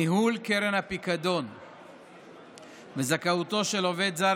ניהול קרן הפיקדון וזכאותו של עובד זר